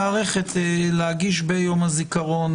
תעשו אותה ביום הזיכרון.